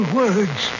words